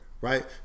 right